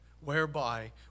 Whereby